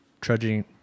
trudging